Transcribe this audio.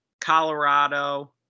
Colorado